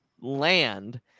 land